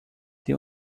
die